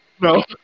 No